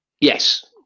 Yes